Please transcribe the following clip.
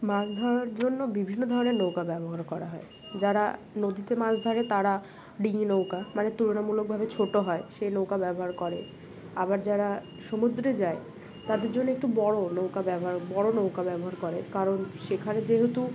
মাছ ধরার জন্য বিভিন্ন ধরনের নৌকা ব্যবহার করা হয় যারা নদীতে মাছ ধরে তারা ডিঙি নৌকা মানে তুলনামূলকভাবে ছোটো হয় সেই নৌকা ব্যবহার করে আবার যারা সমুদ্রে যায় তাদের জন্যে একটু বড় নৌকা ব্যবহার বড় নৌকা ব্যবহার করে কারণ সেখানে যেহেতু